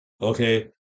Okay